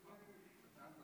כבוד היושב-ראש, כנסת